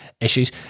issues